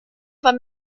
war